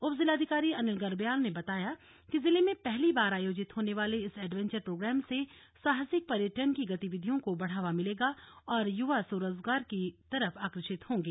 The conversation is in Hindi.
उप जिलाधिकारी अनिल गर्ब्याल ने बताया कि जिले में पहली बार आयोजित होने वाले इस एडवेंचर प्रोगाम से साहसिक पर्यटन की गतिविधियों को बढ़ावा मिलेगा और युवा स्वरोजगार की तरफ आकर्षित होंगे